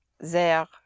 sehr